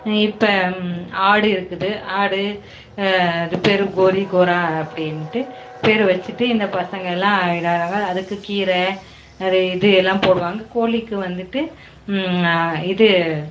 இப்போ ஆடு இருக்குது ஆடு அது பேர் கோரி கோரா அப்படின்ட்டு பேர் வச்சிட்டு இந்த பசங்கள்லாம் விளாடுவாங்கள் அதுக்கு கீரை அது இது எல்லாம் போடுவாங்கள் கோழிக்கு வந்துட்டு இது